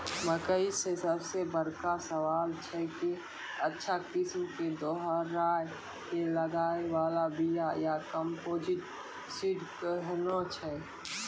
मकई मे सबसे बड़का सवाल छैय कि अच्छा किस्म के दोहराय के लागे वाला बिया या कम्पोजिट सीड कैहनो छैय?